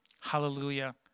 Hallelujah